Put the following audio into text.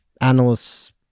analysts